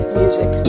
music